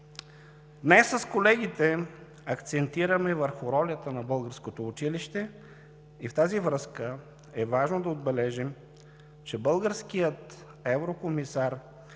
днес с колегите акцентираме върху ролята на българското училище и в тази връзка е важно да отбележим, че българският еврокомисар